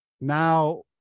now